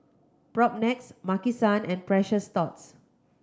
Propnex Maki San and Precious Thots